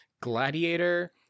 Gladiator